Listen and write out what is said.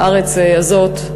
בארץ הזאת,